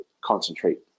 concentrate